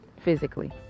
physically